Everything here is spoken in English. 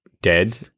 Dead